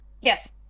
Yes